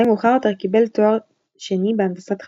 מאוחר יותר קיבל תואר תואר שני בהנדסת חשמל,